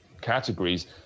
categories